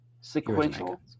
sequential